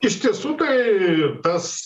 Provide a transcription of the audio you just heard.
iš tiesų tai tas